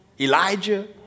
Elijah